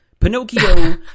Pinocchio